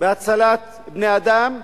בהצלת בני-אדם,